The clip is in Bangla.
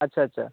আচ্ছা আচ্ছা